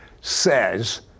says